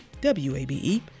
WABE